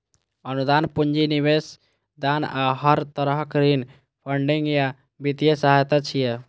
अनुदान, पूंजी निवेश, दान आ हर तरहक ऋण फंडिंग या वित्तीय सहायता छियै